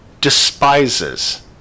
despises